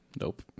Nope